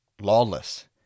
lawless